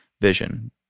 vision